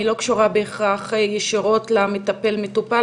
היא לא קשורה בהכרח ישירות לקשר בין המטפל למטופל,